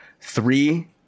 Three